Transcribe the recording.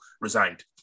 resigned